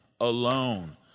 alone